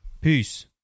Peace